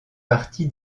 partie